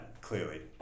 clearly